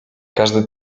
każdy